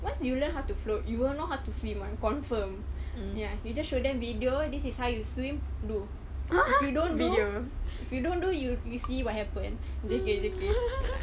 once you learn how to float you will know how to swim ah confirm you just show them video this is how you swim do if you don't do you don't do you you see what happen joking joking